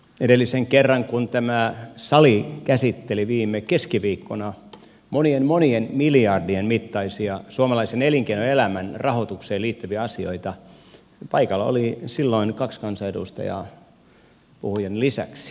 edellisen kerran kun tämä sali käsitteli viime keskiviikkona monien monien miljardien mittaisia suomalaisen elinkeinoelämän rahoitukseen liittyviä asioita paikalla oli silloin kaksi kansanedustajaa puhujan lisäksi